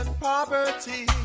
Poverty